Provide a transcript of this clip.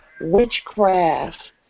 witchcraft